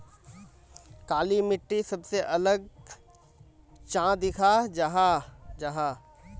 काली मिट्टी सबसे अलग चाँ दिखा जाहा जाहा?